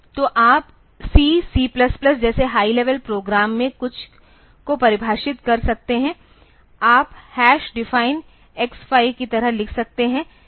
तो आप C C जैसे हाई लेवल प्रोग्राम में कुछ को परिभाषित कर सकते हैं आप define X5 की तरह लिख रहे हैं